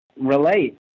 relate